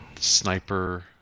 Sniper